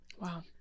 Wow